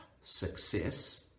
success